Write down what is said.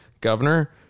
Governor